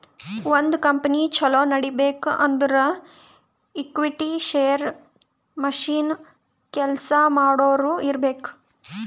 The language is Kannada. ಒಂದ್ ಕಂಪನಿ ಛಲೋ ನಡಿಬೇಕ್ ಅಂದುರ್ ಈಕ್ವಿಟಿ, ಶೇರ್, ಮಷಿನ್, ಕೆಲ್ಸಾ ಮಾಡೋರು ಇರ್ಬೇಕ್